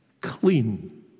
clean